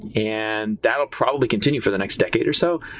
and that will probably continue for the next decade or so.